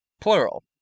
Plural